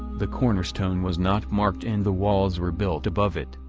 the cornerstone was not marked and the walls were built above it,